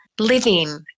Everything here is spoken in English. living